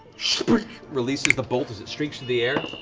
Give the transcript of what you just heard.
releases the bolt that streaks through the air.